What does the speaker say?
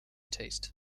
taste